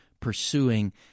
pursuing